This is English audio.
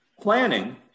planning